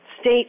state